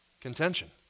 contention